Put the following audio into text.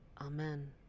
amen